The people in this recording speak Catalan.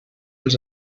els